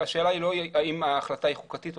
השאלה היא לא האם ההחלטה היא חוקתית או